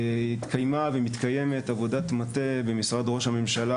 התקיימה ומתקיימת עבודת מטה במשרד ראש הממשלה